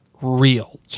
real